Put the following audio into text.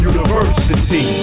University